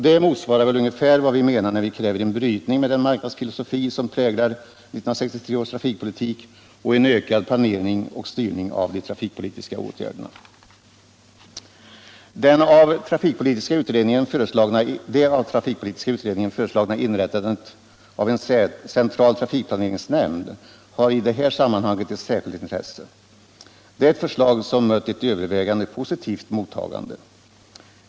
Det motsvarar väl ungefär vad vi menar när vi kräver brytning med den marknadsfilosofi som :präglar 1963 års trafikpolitik och en ökad planering och styrning av de trafikpolitiska åtgärderna. Det av trafikpolitiska utredningen föreslagna inrättandet av en central trafikplaneringsnämnd har i det här sammanhanget ett särskilt intresse. Det är ett förslag som fått ett övervägande positivt mottagande.